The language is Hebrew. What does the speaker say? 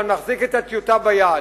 ואני מחזיק את הטיוטה ביד.